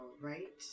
right